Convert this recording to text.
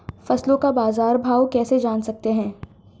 फसलों का बाज़ार भाव कैसे जान सकते हैं?